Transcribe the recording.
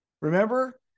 Remember